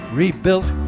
rebuilt